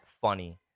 funny